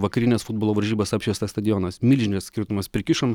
vakarines futbolo varžybas apšviestas stadionas milžiniškas skirtumas prikišom